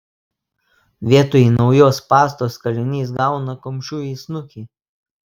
vietoj naujos pastos kalinys gauna kumščiu į snukį